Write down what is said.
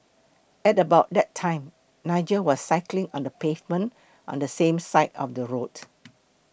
at about that time Nigel was cycling on the pavement on the same side of the road